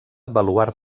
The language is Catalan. baluard